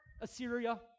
Assyria